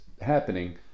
happening